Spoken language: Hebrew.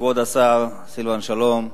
כבוד השר סילבן שלום,